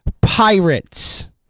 Pirates